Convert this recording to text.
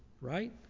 right